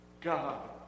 God